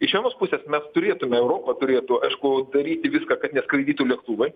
iš vienos pusės mes turėtume europa turėtų aišku daryti viską kad neskraidytų lėktuvai